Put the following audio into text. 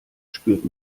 spürt